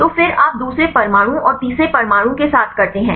तो फिर आप दूसरे परमाणु और तीसरे परमाणु के साथ करते हैं